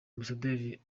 ambasaderi